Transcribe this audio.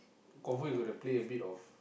confirm you gotta play a bit of